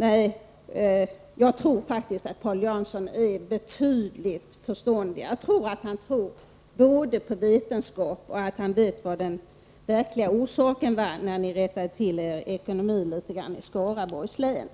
Jag är faktiskt helt övertygad om att Paul Jansson är betydligt förståndigare än hans inlägg ger sken av och att han både tror på vetenskap och vet vad som var den verkliga orsaken när moderaterna rättade till ekonomin litet grand i Skaraborgs län.